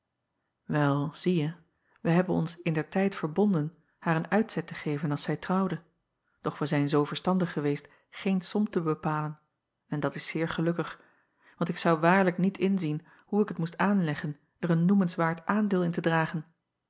el zieje wij hebben ons indertijd verbonden haar een uitzet te geven als zij trouwde doch wij zijn zoo verstandig geweest geen som te bepalen en dat is zeer gelukkig want ik zou waarlijk niet inzien hoe ik het moest aanleggen er een noemenswaard aandeel in te dragen